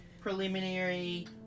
preliminary